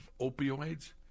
opioids